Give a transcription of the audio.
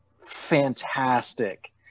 fantastic